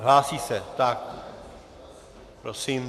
Hlásí se, tak prosím.